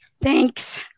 thanks